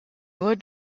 nur